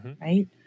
right